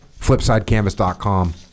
flipsidecanvas.com